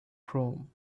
chrome